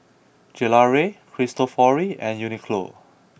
Gelare Cristofori and Uniqlo